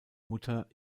mutter